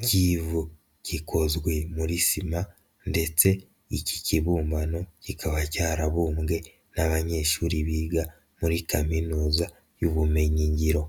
ry'ivu, gikozwe muri sima ndetse iki kibumbano kikaba cyarabumbwe n'abanyeshuri biga muri kaminuza y'ubumenyi ngiro.